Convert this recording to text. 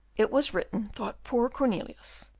it was written, thought poor cornelius,